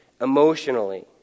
emotionally